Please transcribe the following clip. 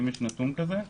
האם יש נתון כזה?